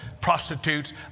prostitutes